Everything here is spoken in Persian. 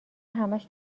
همش